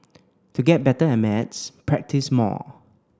to get better at maths practise more